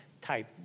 type